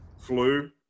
flu